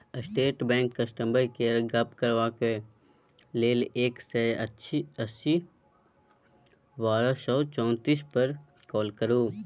state बैंकक customer केयरसँ गप्प करबाक लेल एक सय अस्सी बारह सय चौतीस पर काँल करु